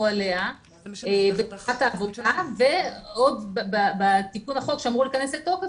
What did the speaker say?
עליה - ועוד בתיקון החוק שאמור להיכנס לתוקף,